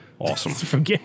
Awesome